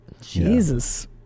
Jesus